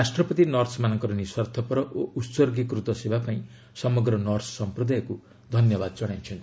ରାଷ୍ଟ୍ରପତି ନର୍ସ ମାନଙ୍କର ନିଶ୍ୱାର୍ଥପର ଓ ଉସର୍ଗୀକୃତ ସେବା ପାଇଁ ସମଗ୍ର ନର୍ସ ସମ୍ପ୍ରଦାୟକୁ ଧନ୍ୟବାଦ ଜଣାଇଛନ୍ତି